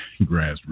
grassroots